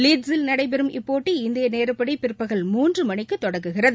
வீட்ஸில் நடைபெறும் இப்போட்டி இந்தியநேரடிப்பாடிபிற்பகல் மூன்றுமணிக்குதொடங்குகிறது